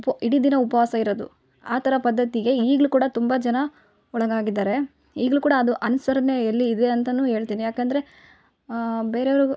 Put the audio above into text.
ಉಪ್ ಇಡೀ ದಿನ ಉಪವಾಸ ಇರೋದು ಆ ಥರ ಪದ್ಧತಿಗೆ ಈಗಲು ಕೂಡ ತುಂಬ ಜನ ಒಳಗಾಗಿದ್ದಾರೆ ಈಗಲು ಕೂಡ ಅದು ಅನುಸರಣೆ ಅಲ್ಲಿ ಇದೆ ಅಂತಾನು ಹೇಳ್ತೀನಿ ಯಾಕಂದರೆ ಬೇರೆಯವರು